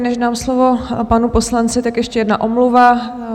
Než dám slovo panu poslanci, tak ještě jedna omluva.